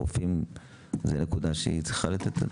זאת נקודה שצריך לטפל.